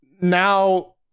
now